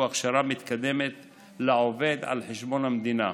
הכשרה מתקדמת לעובד על חשבון המדינה.